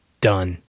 Done